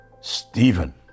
Stephen